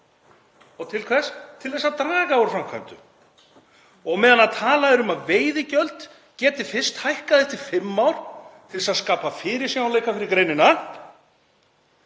Og til hvers? Til þess að draga úr framkvæmdum. Á meðan talað er um að veiðigjöld geti fyrst hækkað eftir fimm ár til þess að skapa fyrirsjáanleika fyrir greinina